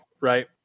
Right